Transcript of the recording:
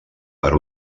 per